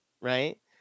right